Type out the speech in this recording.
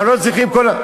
תודה רבה לחבר הכנסת זאב.